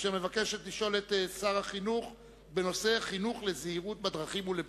אשר מבקשת לשאול את שר החינוך בנושא: חינוך לזהירות בדרכים ולבטיחות.